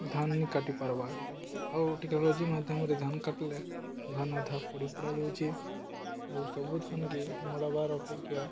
ଧାନ କାଟି ପାର୍ବାର୍ ଆଉ ଟେକ୍ନୋଲୋଜି ମାଧ୍ୟମରେ ଧାନ କାଟିଲେ ଧାନଧା ପଡ଼ିପୋଡ଼ ଯାଉଚେ ଆଉ ସବୁ ଧାନକେ ମଡ଼ବାର ଅପେକ୍ଷା